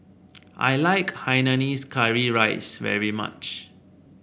I like Hainanese Curry Rice very much